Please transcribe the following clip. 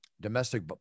domestic